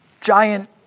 giant